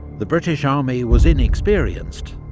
the british army was inexperienced,